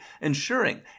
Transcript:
ensuring